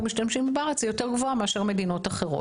משתמשים בה בארץ יותר גבוהה מאשר במדינות אחרות.